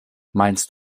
meinst